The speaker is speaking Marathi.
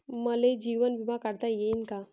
मले जीवन बिमा काढता येईन का?